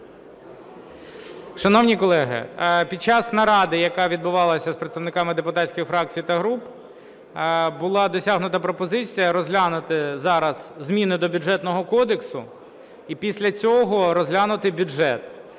Шановні колеги, під час наради, яка відбувалася з представниками депутатських фракцій та груп, була досягнута пропозиція розглянути зараз зміни до Бюджетного кодексу і після цього розглянути бюджет.